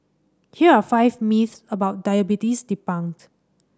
here are five myths about diabetes debunked